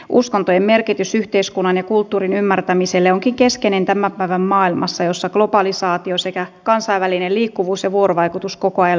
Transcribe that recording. uskontojen merkitys yhteiskunnan ja kulttuurin ymmärtämiselle onkin keskeinen tämän päivän maailmassa jossa globalisaatio sekä kansainvälinen liikkuvuus ja vuorovaikutus koko ajan lisääntyvät